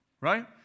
right